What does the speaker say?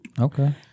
Okay